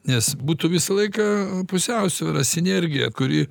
nes būtų visą laiką pusiausvyra sinergija kuri